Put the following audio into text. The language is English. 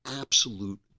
absolute